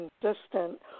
consistent